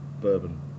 bourbon